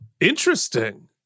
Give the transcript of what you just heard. Interesting